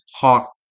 talk